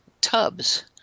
tubs